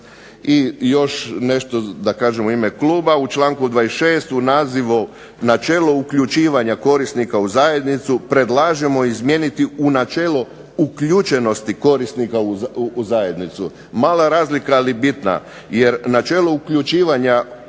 I još nešto da kažem u ime kluba, u članku 26. u nazivu "Načelo uključivanja korisnika u zajednicu" predlažemo izmijeniti u načelo uključenosti korisnika u zajednicu. Mala razlika, ali bitna jer načelo uključivanja korisnika